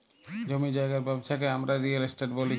জমি জায়গার ব্যবচ্ছা কে হামরা রিয়েল এস্টেট ব্যলি